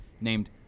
named